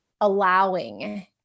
allowing